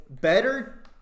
better